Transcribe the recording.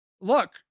look